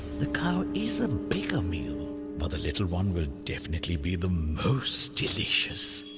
the cow is ah bigger meal but the little one will definitely be the most delicious.